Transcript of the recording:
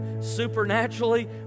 supernaturally